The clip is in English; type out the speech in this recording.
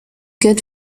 good